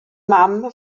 mam